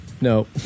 No